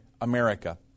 America